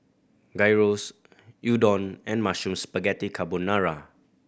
Gyros Udon and Mushroom Spaghetti Carbonara